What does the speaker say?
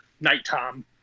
nighttime